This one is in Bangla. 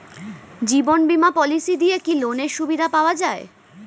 জীবন বীমা পলিসি দিয়ে কি লোনের সুবিধা পাওয়া যায়?